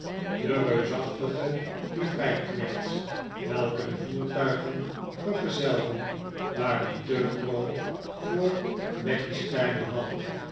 de reusachtige livreiknechts welke de voertuigen vergezelden waren te groot voor becky's kleine hal